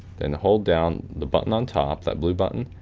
then hold down the button on top, that blue button,